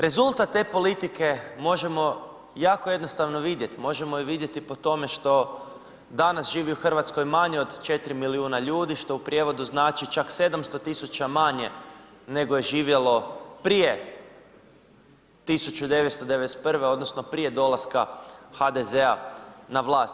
Rezultat te politike možemo jako jednostavno vidjet, možemo je vidjeti po tome što danas živi u Hrvatskoj manje od 4 milijuna ljudi što u prijevodu znači čak 700.000 manje nego je živjelo prije 1991. odnosno prije dolaska HDZ-a na vlast.